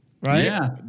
right